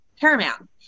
Paramount